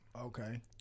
okay